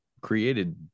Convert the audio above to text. created